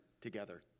together